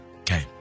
Okay